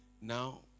Now